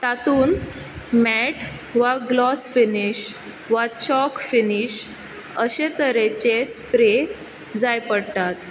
तातूंत मेट वा gloss finish वा चौक फिनीश अशे तरेचे स्प्रे जाय पडटात